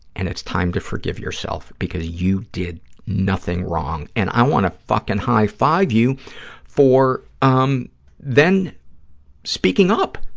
and it's time to forgive yourself, because you did nothing wrong. and i want to fucking high-five you for um then speaking up.